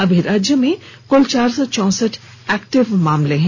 अभी राज्य में कुल चार सौ चौंसठ एक्टिव केस हैं